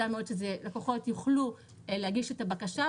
זה המועד שלפחות יוכלו להגיש את הבקשה.